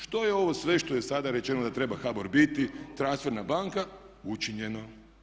Što je ovo sve što je sada rečeno da treba HBOR biti, transferna banka, učinjeno.